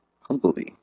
humbly